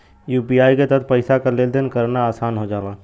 UPI के तहत पइसा क लेन देन करना आसान हो जाला